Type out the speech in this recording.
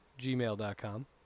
gmail.com